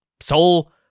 soul